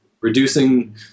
reducing